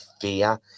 fear